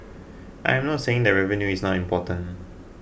I am not saying that revenue is not important